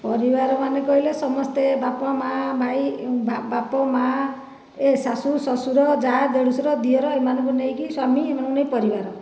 ପରିବାର ମାନେ କହିଲେ ସମସ୍ତେ ବାପା ମା' ଭାଇ ବାପା ମା' ଏ ଶାଶୁ ଶଶୁର ଯା ଦେଢ଼ଶୁର ଦିଅର ଏମାନଙ୍କୁ ନେଇକି ସ୍ୱାମୀ ଏମାନଙ୍କୁ ନେଇକି ପରିବାର